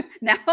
Now